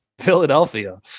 Philadelphia